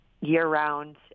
year-round